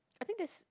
I think there's